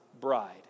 bride